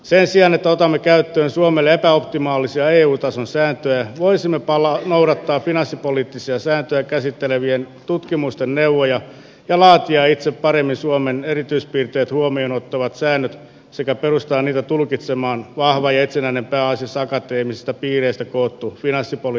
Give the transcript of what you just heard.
sen sijaan että otamme käyttöön suomelle epäoptimaalisia eu tason sääntöjä voisimme noudattaa finanssipoliittisia sääntöjä käsittelevien tutkimusten neuvoja ja laatia itse paremmin suomen erityispiirteet huomioon ottavat säännöt sekä perustaa niitä tulkitsemaan vahvan ja itsenäisen pääasiassa akateemisista piireistä kootun finanssipoliittisen neuvoston